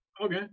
Okay